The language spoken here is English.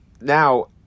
now